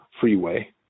freeway